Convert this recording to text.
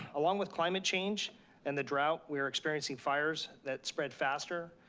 along with climate change and the drought, we are experiencing fires that spread faster,